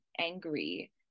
angry